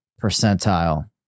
percentile